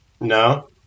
No